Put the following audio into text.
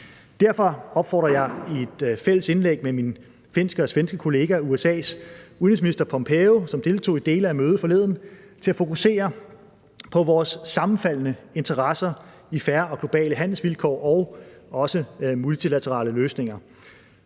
Derfor opfordrer jeg i et fælles indlæg med min finske og svenske kollega USA's udenrigsminister Pompeo, som deltog i mødet forleden, til at fokusere på vores sammenfaldende interesser i fair og globale handelsvilkår og også multilaterale løsninger.